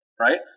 right